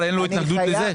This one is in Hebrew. אין התנגדות.